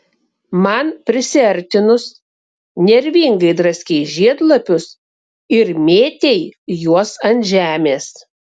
man prisiartinus nervingai draskei žiedlapius ir mėtei juos ant žemės